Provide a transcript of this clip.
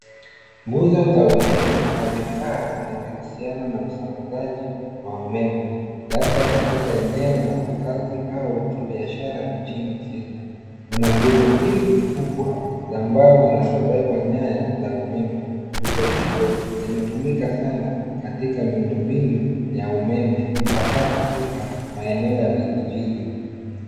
Nguzo za umeme na vifaa vinavyohusiana na usambazaji wa umeme, labda katika eneo la makazi au kibiashara nchini Kenya. Kuna nguzo mbili kubwa za mbao zinazobeba nyaya za umeme. Nguzo hizo zimetumika sana katika miundo mbinu ya umeme, hasa katika maeneo ya vijijini.